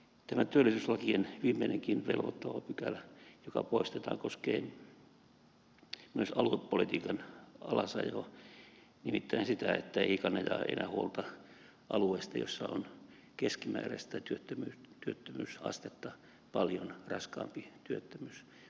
tämä työllisyyslakien viimeinenkin velvoittava pykälä joka poistetaan koskee myös aluepolitiikan alasajoa nimittäin sitä että ei kanneta enää huolta alueista joilla on paljon keskimääräistä työttömyysastetta raskaampi työttömyys